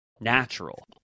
natural